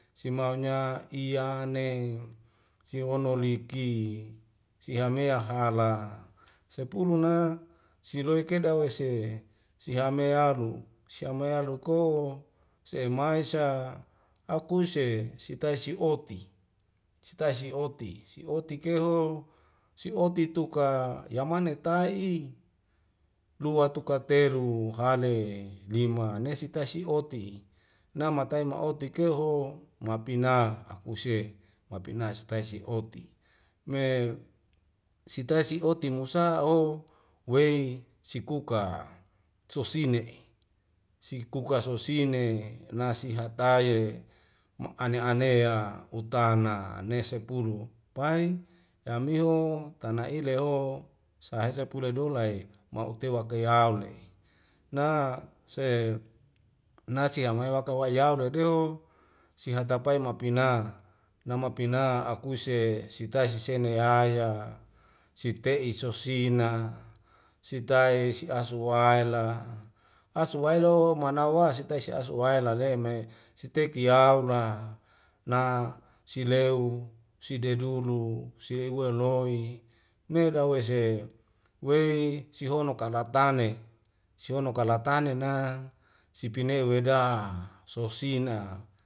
Simaunya iyane siwono liki sihanea hala sepulu na siloike dawese sihame alu sihame alu ko semae sa akuse sitaisi si oti sitai sioti sioti keho sioti tuka yamane ta'i lua tiuka telu hale lima nesitasi oti'i nama tai ma'oti keuho mapina akuse mapina sitaisi oti me sitai sioti musa o wei sikuka sosine'i sikuka sosine nasi hatae e ma' ane anea utana nesek puru pai yameho tana e leho sahe sapue dola i ma utewake yaule na se nasi yang wai wakawai yauledeho sihatape mapina namapina akuse sitae sisene nai aya site'is sosina sitae si asuwaila asuwailoho manawa sitaisi siasu wailale me siteiki yaura na sileuw sidedudu si uwe loi me dawese wei sihono kalatane sihono kalatane na sipine weda sosina